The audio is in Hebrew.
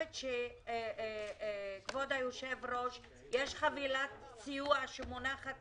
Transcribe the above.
כבוד היושב-ראש, יש חבילת סיוע שמונחת